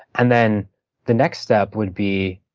and then the next step would be